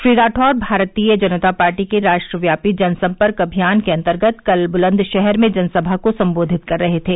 Shri Rathore Bharatiya Janata Party के राष्ट्रव्यापी जनसम्पर्क अभियान के अंतर्गत कल ब्लंदशहर में जनसभा को संबोधित कर रहे थे